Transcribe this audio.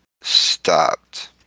stopped